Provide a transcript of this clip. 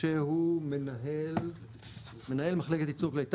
משה הוא מנהל מחלקת ייצור כלי טייס.